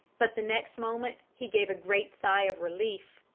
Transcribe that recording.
but the next moment he gave a great sigh of relief.